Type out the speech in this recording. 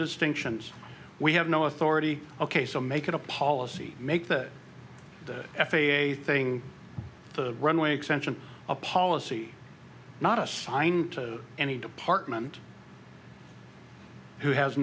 distinctions we have no authority ok so make it a policy make that the f a a thing the runway extension a policy not assigned to any department who has